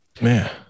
man